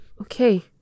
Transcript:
Okay